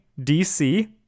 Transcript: DC